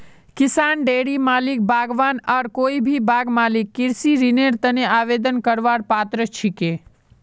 किसान, डेयरी मालिक, बागवान आर कोई भी बाग मालिक कृषि ऋनेर तने आवेदन करवार पात्र छिके